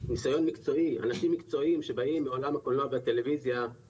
ניסיון מקצועי ואנשים מקצועיים שבאים מעולם הקולנוע והטלוויזיה,